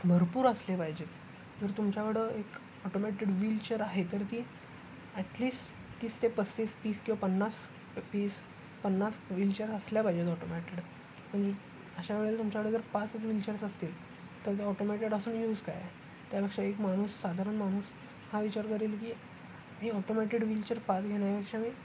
भरपूर असले पाहिजेत जर तुमच्याकडं एक ऑटोमॅटेड व्हीलचेअर आहे तर ती ॲटलिस्ट तीस ते पस्तीस पीस किंवा पन्नास पीस पन्नास व्हीलचेअर असल्या पाहिजेत ऑटोमॅटेड म्हणजे अशा वेळेला तुमच्याकडे जर पाचच व्हीलचेअर्स असतील तर ते ऑटोमॅटेड असून यूज काय त्यापेक्षा एक माणूस साधारण माणूस हा विचार करेल की मी ऑटोमॅटेड व्हीलचेअर पाच घेण्यापेक्षा मी